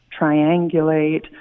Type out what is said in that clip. triangulate